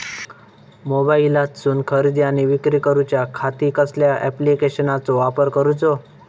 मोबाईलातसून खरेदी आणि विक्री करूच्या खाती कसल्या ॲप्लिकेशनाचो वापर करूचो?